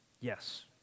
yes